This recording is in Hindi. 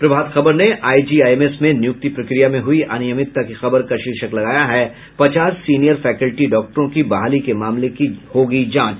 प्रभात खबर ने आईजीआईएमएस में नियुक्ति प्रक्रिया में हुई अनियमितता की खबर का शीर्षक लगाया है पचास सीनियर फैकल्टी डॉक्टरों की बहाली के मामले की जोगी जांच